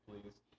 please